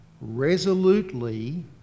resolutely